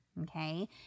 Okay